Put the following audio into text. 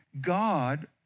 God